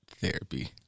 Therapy